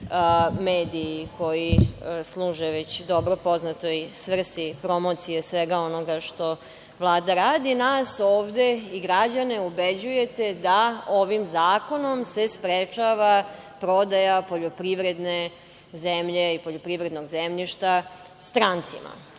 mediji koji služe već dobro poznatoj svrsi promocije svega onoga što Vlada radi, nas i građane ubeđujete da ovim zakonom se sprečava prodaja poljoprivredne zemlje i poljoprivrednog zemljišta strancima. Premijerka